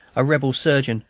a rebel surgeon,